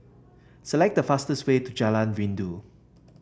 select the fastest way to Jalan Rindu